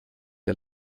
der